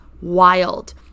wild